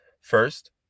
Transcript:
First